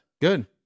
Good